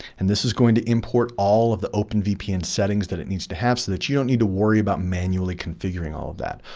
and this is going to import all of the openvpn settings that it needs to have so that you don't need to worry about manually configuring all of that.